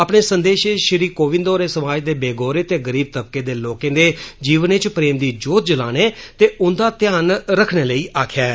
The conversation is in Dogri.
अपने संदेश इच श्री कोविंद होरें समाज दे बेगौरें ते गरीब तबके दे लोकें दे जीवन इच प्रेम दी ज्योत जलाने ते उंदा ध्यान रखने लेई आक्खेआ ऐ